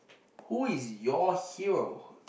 who is your hero